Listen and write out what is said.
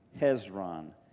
Hezron